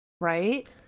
Right